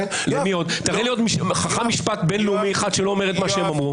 תראה לי עוד חכם משפט בינלאומי אחד שלא אומר את מה שהם אמרו.